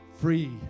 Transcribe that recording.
free